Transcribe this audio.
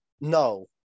No